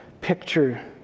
picture